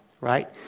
right